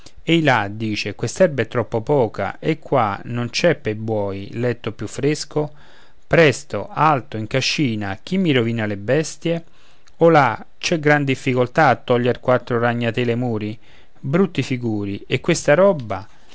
là dice quest'erba è troppo poca ehi qua non c'è pe buoi letto più fresco presto alto in cascina chi mi rovina le bestie olà c'è gran difficoltà a toglier quattro ragnatele ai muri brutti figuri e questa roba